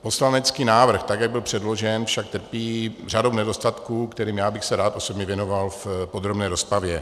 Poslanecký návrh, tak jak byl předložen, však trpí řadou nedostatků, kterým bych se rád osobně věnoval v podrobné rozpravě.